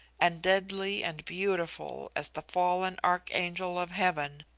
and deadly and beautiful, as the fallen archangel of heaven,